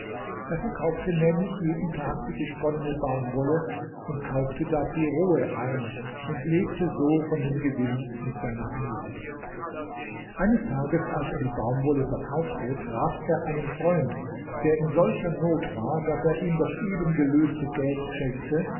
er verkaufte nämlich jeden tag die gesponnene baumwolle und kaufte dafür rohe ein und lebte so von dem gewinn mit seiner familie eines tages als er die baumwolle verkaufte traf er einen freund der in solcher not war daß er ihm das eben gelöste geld schenkte